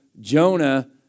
Jonah